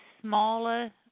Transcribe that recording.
smaller